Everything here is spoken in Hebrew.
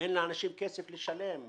אין לאנשים כסף לשלם.